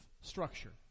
structure